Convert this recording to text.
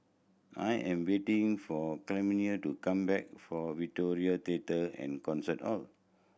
I am waiting for Clemie to come back from Victoria Theatre and Concert Hall